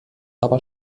aber